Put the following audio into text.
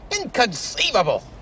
Inconceivable